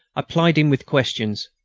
i plied him with questions,